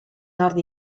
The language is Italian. nord